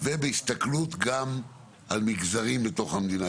ובהסתכלות גם על מגזרים בתוך המדינה.